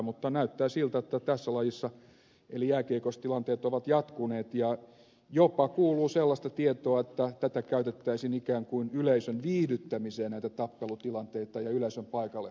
mutta näyttää siltä että tässä lajissa eli jääkiekossa tilanteet ovat jatkuneet ja jopa kuuluu sellaista tietoa että näitä tappelutilanteita käytettäisiin ikään kuin yleisön viihdyttämiseen ja yleisön paikalle houkuttelemiseen